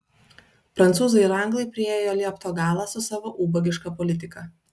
prancūzai ir anglai priėjo liepto galą su savo ubagiška politika